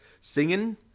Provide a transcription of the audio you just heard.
singing